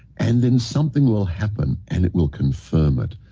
and then, something will happen and it will confirm it.